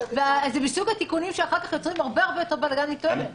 --- זה מסוג התיקונים שאחר כך יוצרים הרבה הרבה בלגן מתועלת.